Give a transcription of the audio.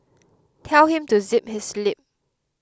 tell him to zip his lip